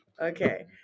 okay